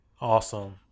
awesome